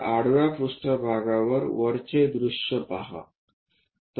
तर आडवा पृष्ठभागावर वरचे दृश्य पहा